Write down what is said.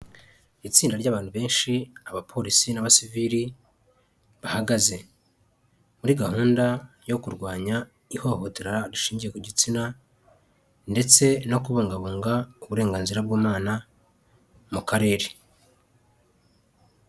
Itsinda ry'abantu benshi abapolisi n'abasivili bahagaze muri gahunda yo kurwanya ihohotera rishingiye ku gitsina ndetse no kubungabunga uburenganzira bw'umwana mu karere.